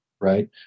right